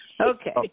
Okay